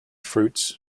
fruits